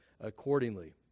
accordingly